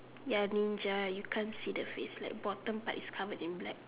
ya Ninja you can't see the face like bottom part is covered with black